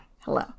Hello